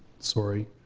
sorry,